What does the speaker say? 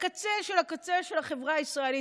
הקצה של הקצה של החברה הישראלית,